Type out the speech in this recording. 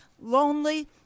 lonely